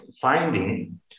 finding